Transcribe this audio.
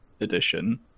edition